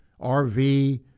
RV